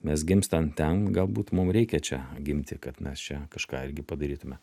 mes gimstam ten galbūt mum reikia čia gimti kad mes čia kažką irgi padarytume